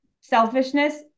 selfishness